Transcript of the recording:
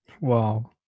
wow